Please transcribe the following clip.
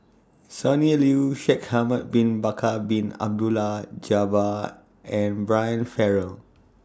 Sonny Liew Shaikh Ahmad Bin Bakar Bin Abdullah Jabbar and Brian Farrell